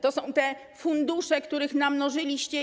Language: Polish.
To są te fundusze, które namnożyliście.